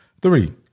Three